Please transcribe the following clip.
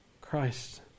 Christ